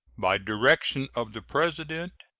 by direction of the president,